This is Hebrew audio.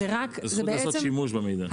זה זכות לעשות שימוש במידע.